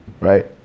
right